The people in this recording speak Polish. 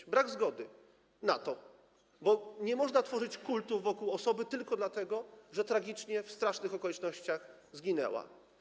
Był brak zgody na to, bo nie można tworzyć kultu osoby tylko dlatego, że tragicznie, w strasznych okolicznościach zginęła.